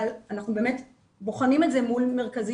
אבל אנחנו באמת בוחנים את זה מול מרכזי